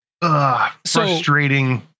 frustrating